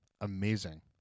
amazing